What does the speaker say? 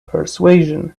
persuasion